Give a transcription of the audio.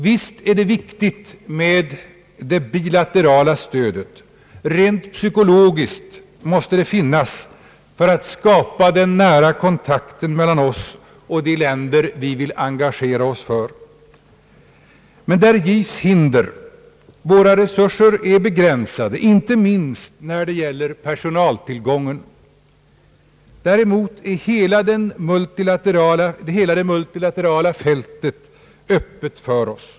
Visst är det viktigt med det bilaterala stödet. Rent psykologiskt måste det finnas för att skapa den nära kontakten mellan oss och de länder som vi vill engagera oss för. Men där givs hinder. Våra resurser är begränsade, inte minst när det gäller personaltillgången. Däremot är hela det multilaterala fältet öppet för oss.